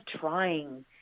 trying